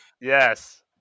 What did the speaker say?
yes